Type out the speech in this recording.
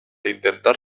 intentar